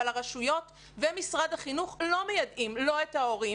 אבל הרשויות ומשרד החינוך לא מיידעים לא את ההורים